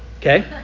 okay